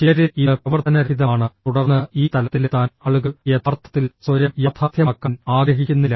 ചിലരിൽ ഇത് പ്രവർത്തനരഹിതമാണ് തുടർന്ന് ഈ തലത്തിലെത്താൻ ആളുകൾ യഥാർത്ഥത്തിൽ സ്വയം യാഥാർത്ഥ്യമാക്കാൻ ആഗ്രഹിക്കുന്നില്ല